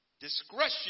Discretion